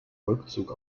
rückzug